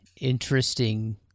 interesting